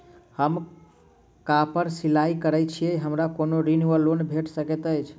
हम कापड़ सिलाई करै छीयै हमरा कोनो ऋण वा लोन भेट सकैत अछि?